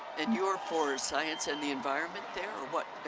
and you are for science and the environment there? but